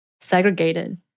segregated